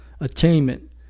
attainment